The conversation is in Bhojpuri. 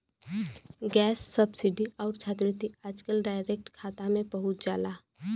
गैस सब्सिडी आउर छात्रवृत्ति आजकल डायरेक्ट खाता में पहुंच जाला